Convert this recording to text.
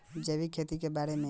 जैविक खेती के बारे में बताइ